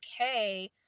okay